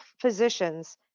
physicians